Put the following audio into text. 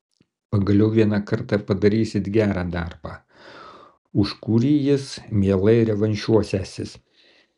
pagaliau vieną kartą padarysit gerą darbą už kurį jis mielai revanšuosiąsis